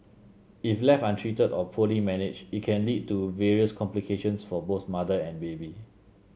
if left untreated or poorly managed it can lead to various complications for both mother and baby